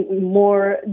more